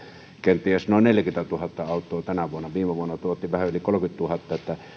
kenties noin neljäkymmentätuhatta autoa tänä vuonna viime vuonna tuotiin vähän yli kolmekymmentätuhatta